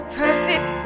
perfect